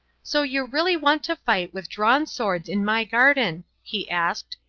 so you really want to fight with drawn swords in my garden, he asked,